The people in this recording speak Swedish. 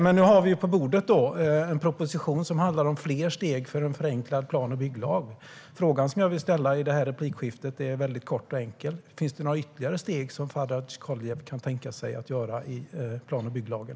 Men nu har vi på bordet en proposition som handlar om fler steg för en förenklad plan och bygglag. Den fråga som jag vill ställa i det här replikskiftet är väldigt kort och enkel: Finns det några ytterligare steg som Faradj Koliev kan tänka sig att ta vad gäller plan och bygglagen?